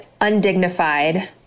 undignified